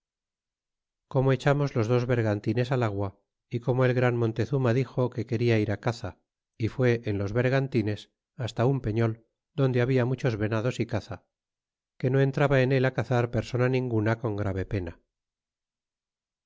como echamos los dos vergantines al agua y como el gran montezuma dio que quena ir caza y fué en los vergantines hasta un perml donde sabia muchos venados y caza que no entraba en él al cazar persona ninguna con grave pena